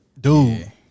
Dude